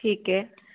ठीक आहे